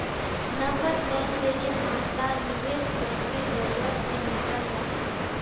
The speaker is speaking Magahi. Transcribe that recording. नकद लेन देनेर मामला निवेश बैंकेर जरियई, स निपटाल जा छेक